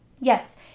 Yes